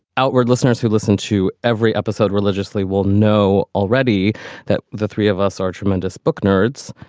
outward listeners who listen to every episode religiously we'll know already that the three of us are tremendous book nerds.